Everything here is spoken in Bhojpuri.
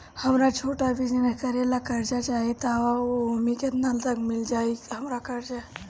हमरा छोटा बिजनेस करे ला कर्जा चाहि त ओमे केतना तक मिल जायी हमरा कर्जा?